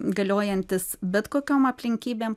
galiojantis bet kokiom aplinkybėm